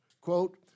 quote